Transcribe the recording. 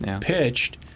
pitched